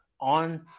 on –